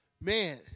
Man